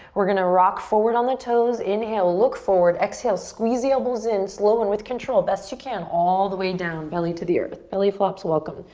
we're gonna rock forward on their toes. inhale, look forward. exhale, squeeze the elbows in. slow and with control, best you can, all the way down. belly to the earth. belly flops welcome.